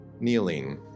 Kneeling